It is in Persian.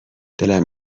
دلم